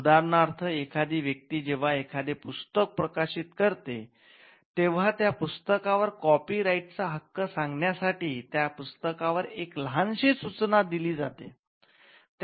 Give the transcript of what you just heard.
उदाहरणार्थ एखादी व्यक्ती जेव्हा एखादे पुस्तक प्रकाशित करते तेव्हा त्या पुस्तकावर कॉपी राईटचा हक्क सांगण्या साठी त्या पुस्तकांवर एक लहानशी सूचना दिली जाते